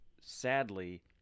sadly